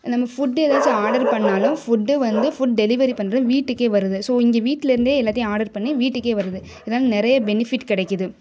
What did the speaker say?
நம்ம ஃபுட்டு ஏதாச்சும் ஆர்டர் பண்ணாலும் ஃபுட்டு வந்து ஃபுட் டெலிவரி பண்ணுற வீட்டுக்கே வருது ஸோ இங்கே வீட்டில் இருந்தே எல்லாத்தையும் ஆர்டர் பண்ணி வீட்டுக்கே வருது இதால் நிறைய பெனிஃபிட் கெடைக்குது